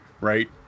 right